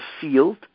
field